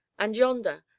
and yonder,